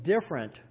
different